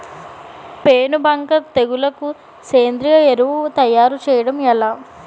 పేను బంక తెగులుకు సేంద్రీయ ఎరువు తయారు చేయడం ఎలా?